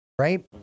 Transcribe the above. Right